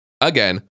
Again